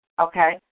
Okay